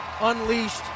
unleashed